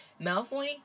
Malfoy